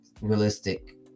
realistic